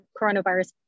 coronavirus